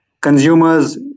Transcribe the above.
consumers